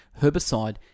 herbicide